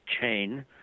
chain